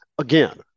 Again